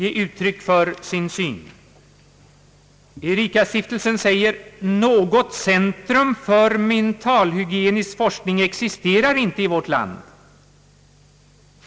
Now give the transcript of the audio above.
Ericastiftelsen säger: »Något centrum för mentalhygienisk forskning existerar inte i vårt land.